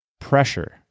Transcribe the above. pressure